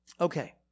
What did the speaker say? okay